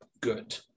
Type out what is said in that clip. good